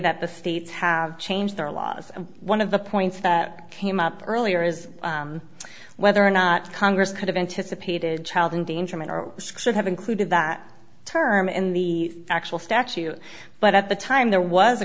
that the states have changed their laws and one of the points that came up earlier is whether or not congress could have anticipated child endangerment are should have included that term in the actual statute but at the time there was a